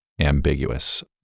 ambiguous